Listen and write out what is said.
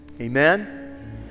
Amen